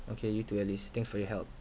okay you too alice thanks for your help